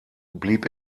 blieb